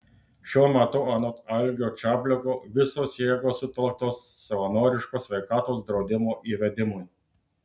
šiuo metu anot algio čapliko visos jėgos sutelktos savanoriško sveikatos draudimo įvedimui